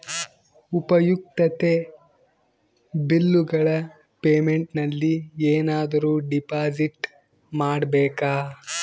ಉಪಯುಕ್ತತೆ ಬಿಲ್ಲುಗಳ ಪೇಮೆಂಟ್ ನಲ್ಲಿ ಏನಾದರೂ ಡಿಪಾಸಿಟ್ ಮಾಡಬೇಕಾ?